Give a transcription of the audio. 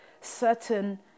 certain